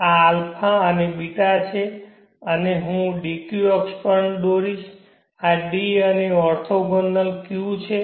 આ α અને ß છે અને હું dq અક્ષ પણ દોરીશ આ d અને ઓર્થોગોનલ qછે